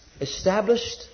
Established